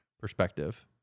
perspective